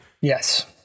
Yes